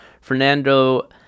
Fernando